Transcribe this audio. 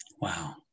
Wow